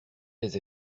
les